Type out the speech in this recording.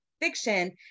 fiction